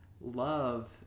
love